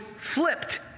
flipped